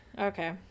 okay